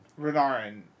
Renarin